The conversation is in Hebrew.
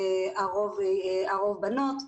הרוב בנות.